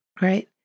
Right